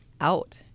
out